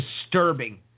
disturbing